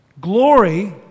Glory